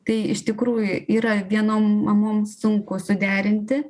tai iš tikrųjų yra vienom mamom sunku suderinti